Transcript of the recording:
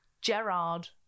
Gerard